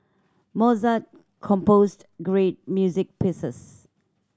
Mozart composed great music pieces